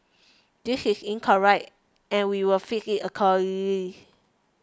this is incorrect and we will fixed it accordingly